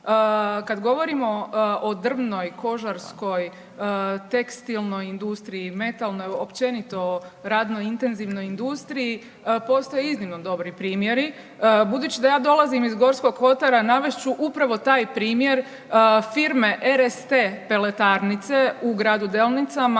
Kad govorimo o drvnoj, kožarskoj, tekstilnoj industriji, metalnoj općenito radno intenzivnoj industriji postoje iznimno dobri primjeri. Budući da ja dolazim iz Gorskog kotara navest ću upravo taj primjer firme RST peletarnice u gradu Delnicama